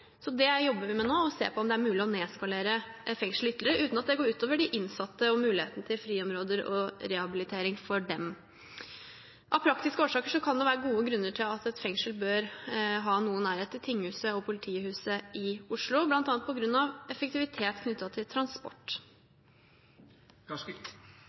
Det jobber vi med nå, å se på om det er mulig å nedskalere fengselet ytterligere uten at det går ut over de innsatte og muligheten til friområder og rehabilitering for dem. Av praktiske årsaker kan det være gode grunner til at et fengsel bør ha noe nærhet til tinghuset og politihuset i Oslo, bl.a. på grunn av effektivitet knyttet til